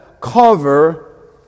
cover